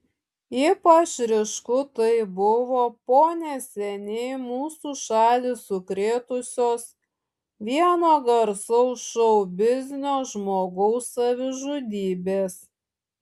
ypač ryšku tai buvo po neseniai mūsų šalį sukrėtusios vieno garsaus šou biznio žmogaus savižudybės